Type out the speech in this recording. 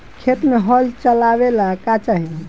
खेत मे हल चलावेला का चाही?